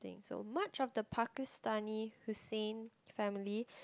so much of the Pakistani Hussein family